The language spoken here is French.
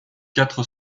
quatre